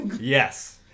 Yes